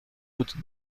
route